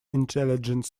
intelligence